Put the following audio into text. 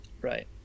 right